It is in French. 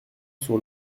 sur